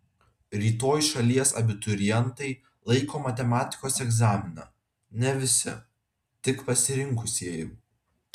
rytoj šalies abiturientai laiko matematikos egzaminą ne visi tik pasirinkusieji